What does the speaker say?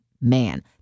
man